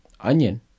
onion